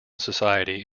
society